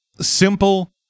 simple